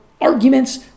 arguments